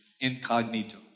incognito